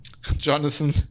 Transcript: Jonathan